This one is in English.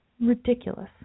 Ridiculous